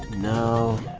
no